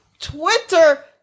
Twitter